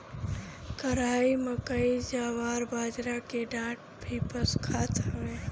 कराई, मकई, जवार, बजरा के डांठ भी पशु खात हवे